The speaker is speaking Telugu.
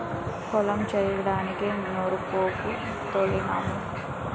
కల్లం చేయడానికి నూరూపుగొడ్డ తోలినాము